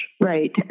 Right